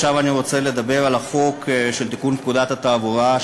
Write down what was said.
עכשיו אני רוצה לדבר על הצעת החוק לתיקון פקודת התעבורה,